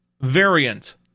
variant